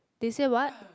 they say what